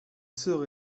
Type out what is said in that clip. sœur